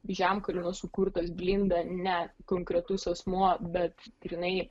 žemkalnio sukurtas blinda ne konkretus asmuo bet grynai